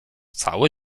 cały